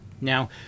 now